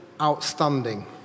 outstanding